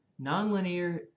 Nonlinear